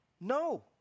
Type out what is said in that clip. No